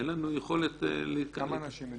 אין לנו יכולת --- על כמה אנשים מדובר?